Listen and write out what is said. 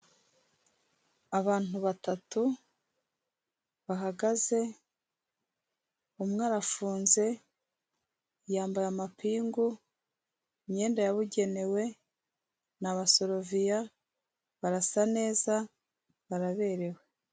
Abantu batatu bahagaze umwe arafunze, yambaye amapingu, imyenda yabugenewe ni abasoloviya barasa neza baraberewe.